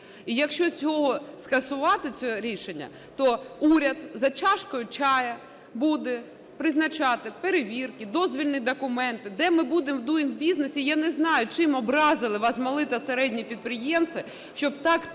якщо скасувати це рішення, то уряд за чашкою чаю буде призначати перевірки, дозвільні документи. Де ми будемо Doing Business? І я не знаю, чим образили вас малі та середні підприємці, щоб так